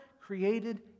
created